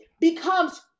becomes